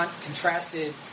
contrasted